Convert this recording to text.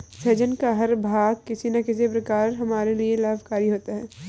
सहजन का हर भाग किसी न किसी प्रकार हमारे लिए लाभकारी होता है